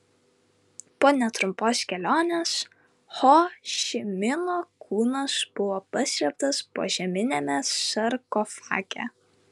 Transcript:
po netrumpos kelionės ho ši mino kūnas buvo paslėptas požeminiame sarkofage